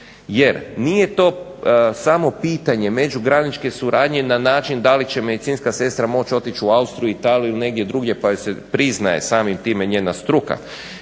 Jer nije to samo pitanje međugranične suradnje na način da li će medicinska sestra moći otići u Austriju, Italiju ili negdje drugdje pa joj se priznaje samim time njena struka